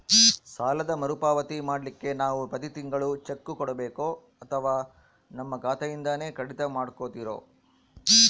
ಸಾಲದ ಮರುಪಾವತಿ ಮಾಡ್ಲಿಕ್ಕೆ ನಾವು ಪ್ರತಿ ತಿಂಗಳು ಚೆಕ್ಕು ಕೊಡಬೇಕೋ ಅಥವಾ ನಮ್ಮ ಖಾತೆಯಿಂದನೆ ಕಡಿತ ಮಾಡ್ಕೊತಿರೋ?